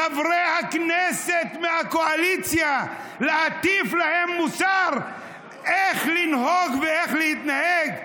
להטיף מוסר לחברי הכנסת מהקואליציה על איך לנהוג ואיך להתנהג.